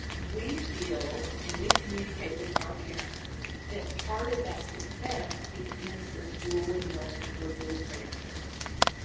we feel, and we communicate with our parents that part of that success begins with dual enrollment or dual credit courses.